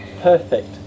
perfect